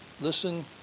listen